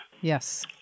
Yes